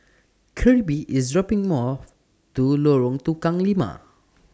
Kirby IS dropping More to Lorong Tukang Lima